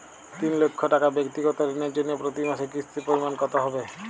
তিন লক্ষ টাকা ব্যাক্তিগত ঋণের জন্য প্রতি মাসে কিস্তির পরিমাণ কত হবে?